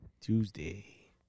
Tuesday